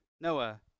Noah